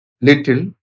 little